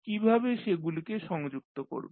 কীভাবে সেগুলিকে সংযুক্ত করব